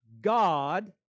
God